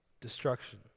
destruction